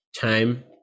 time